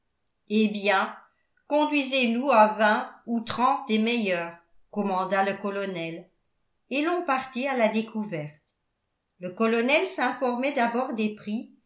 eh bien conduisez nous à vingt ou trente des meilleures commanda le colonel et l'on partit à la découverte le colonel s'informait d'abord des